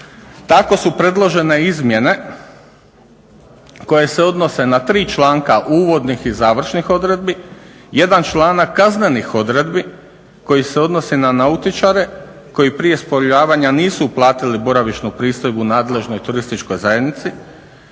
Tako su predložene izmjene koje se odnose na tri članka uvodnih i završnih odredbi, jedan članak kaznenih odredbi koji se odnosi na nautičare koji prije isplovljavanja nisu platili boravišnu pristojbu nadležnoj turističkoj zajednici,